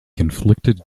conflicted